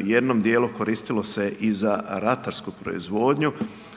jednim dijelom koristilo se i za ratarsku proizvodnju,